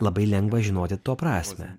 labai lengva žinoti to prasmę